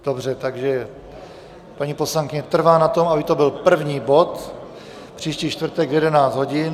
Dobře, takže paní poslankyně trvá na tom, aby to byl první bod příští čtvrtek v 11 hodin.